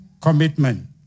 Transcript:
commitment